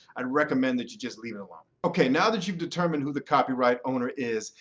i'd recommend that you just leave it alone. ok, now that you've determined who the copyright owner is,